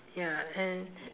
ya and